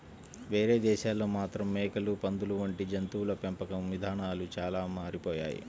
వేరే దేశాల్లో మాత్రం మేకలు, పందులు వంటి జంతువుల పెంపకం ఇదానాలు చానా మారిపోయాయి